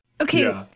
Okay